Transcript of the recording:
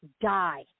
die